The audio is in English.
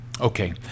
Okay